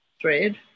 thread